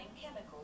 Chemical